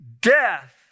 death